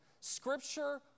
Scripture